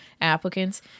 applicants